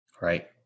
Right